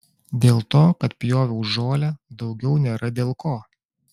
dėl to kad pjoviau žolę daugiau nėra dėl ko